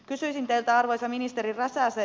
kysyisin teiltä arvoisa ministeri räsänen